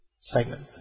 segment